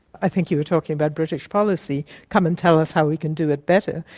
i think you were talking about british policy, come and tell us how we can do it better.